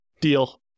Deal